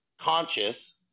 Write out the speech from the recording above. conscious